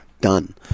done